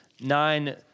nine